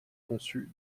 conçus